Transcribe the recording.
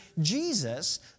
Jesus